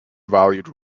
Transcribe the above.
valued